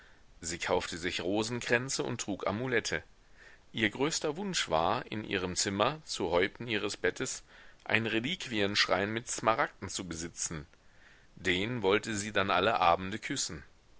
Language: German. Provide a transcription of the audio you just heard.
sie kaufte sich rosenkränze und trug amulette ihr größter wunsch war in ihrem zimmer zu häupten ihres bettes einen reliquienschrein mit smaragden zu besitzen den wollte sie dann alle abende küssen